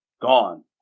gone